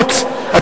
חבר הכנסת מטלון,